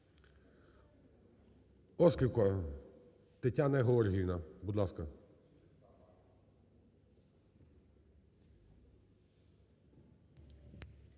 Острікова Тетяна Георгіївна, будь ласка.